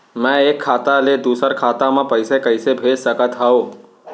मैं एक खाता ले दूसर खाता मा पइसा कइसे भेज सकत हओं?